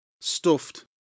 Stuffed